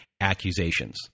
accusations